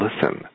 listen